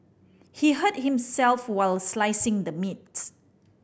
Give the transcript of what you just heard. he hurt himself while slicing the meat